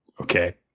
Okay